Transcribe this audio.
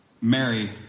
Mary